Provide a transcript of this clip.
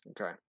Okay